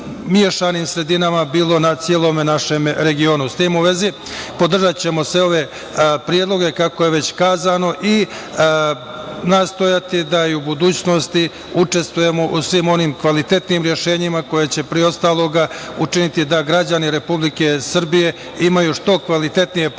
mešanim sredinama, bilo na celom našem regionu.S tim u vezi, podržaćemo sve ove predloge, kako je već kazano, i nastojati da i u budućnosti učestvujemo u svim onim kvalitetnim rešenjima koja će pre ostaloga učiniti da građani Republike Srbije imaju što kvalitetnije predstavnike